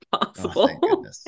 possible